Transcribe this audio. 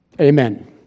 Amen